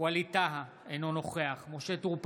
ווליד טאהא, אינו נוכח משה טור פז,